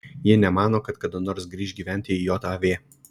ji nemano kad kada nors grįš gyventi į jav